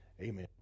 Amen